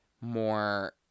more